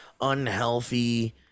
unhealthy